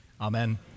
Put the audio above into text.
amen